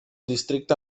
districte